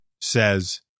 says